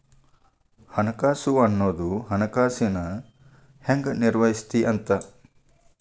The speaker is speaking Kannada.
ಹಣಕಾಸು ಅನ್ನೋದ್ ಹಣನ ಹೆಂಗ ನಿರ್ವಹಿಸ್ತಿ ಅಂತ